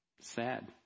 sad